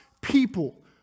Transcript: people